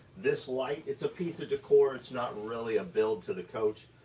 this light, it's a piece of decor, it's not really a build to the coach,